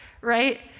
right